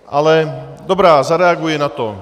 Ale dobrá, zareaguji na to.